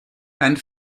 and